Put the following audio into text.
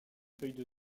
feuilles